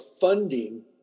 funding